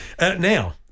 Now